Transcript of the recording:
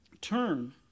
turn